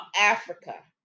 africa